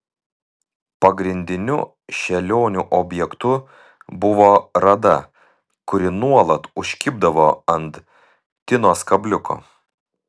pagrindiniu šėlionių objektu buvo rada kuri nuolat užkibdavo ant tinos kabliuko